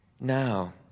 now